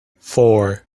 four